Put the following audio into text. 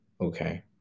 okay